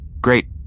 Great